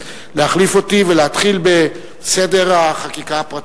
להחליף אותי ולהתחיל בסדר החקיקה הפרטית.